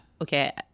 okay